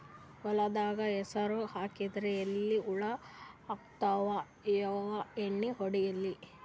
ಹೊಲದಾಗ ಹೆಸರ ಹಾಕಿನ್ರಿ, ಎಲಿ ಹುಳ ಹತ್ಯಾವ, ಯಾ ಎಣ್ಣೀ ಹೊಡಿಲಿ?